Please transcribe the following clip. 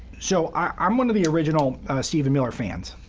so i'm one of the original stephen miller fans.